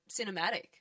cinematic